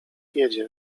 jedzie